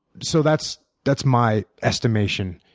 so that's that's my estimation.